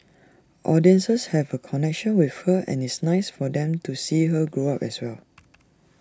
audiences have A connection with her and it's nice for them to see her grow up as well